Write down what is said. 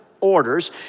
orders